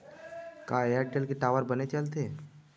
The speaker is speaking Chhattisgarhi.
का एयरटेल के टावर बने चलथे?